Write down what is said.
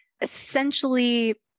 essentially